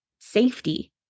safety